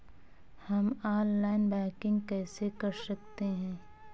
हम online banking कैसे कर सकते हैं?